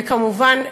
וכמובן,